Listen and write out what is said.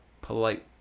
polite